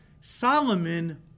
Solomon